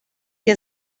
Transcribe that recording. que